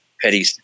petty